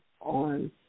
on